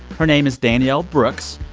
her name is danielle brooks.